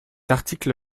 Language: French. article